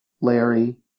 Larry